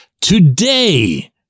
Today